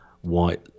white